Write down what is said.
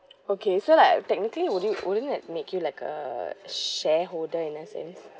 okay so like technically would you wouldn't that make you like a shareholder in that sense